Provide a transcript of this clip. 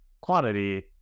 quantity